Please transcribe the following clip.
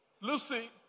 Lucy